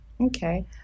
Okay